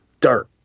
dirt